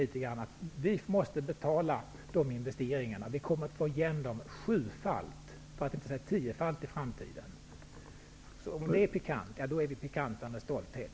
Vi kommer att få igen pengarna sjufalt, för att inte säga tiofalt, i framtiden. Om det kan kallas pikant är vi pikanta med stolthet.